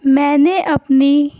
میں نے اپنی